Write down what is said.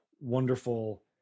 wonderful